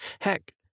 Heck